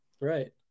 Right